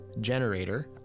generator